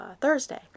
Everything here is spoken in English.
Thursday